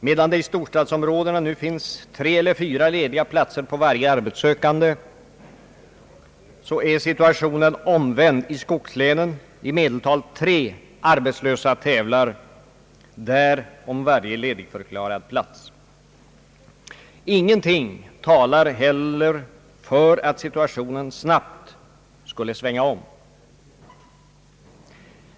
Medan det i storstadsområdena nu finns tre eller fyra lediga platser på varje arbetssökande är situationen omvänd i skogslänen. I medeltal tre arbetslösa tävlar där om varje ledigförklarad plats. Ingenting talar heller för att situationen snabbt skulle svänga om.